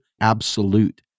absolute